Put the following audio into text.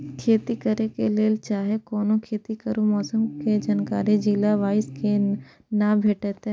खेती करे के लेल चाहै कोनो खेती करू मौसम के जानकारी जिला वाईज के ना भेटेत?